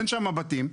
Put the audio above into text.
אין שם בתים.